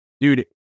dude